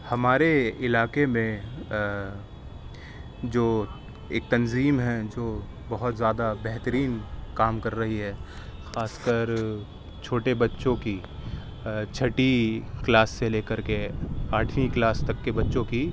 ہمارے علاقے میں جو ایک تنظیم ہے جو بہت زیادہ بہترین کام کر رہی ہے خاص کر جھوٹے بچوں کی چھٹی کلاس سے لے کر کے آٹھویں کلاس تک کے بچوں کی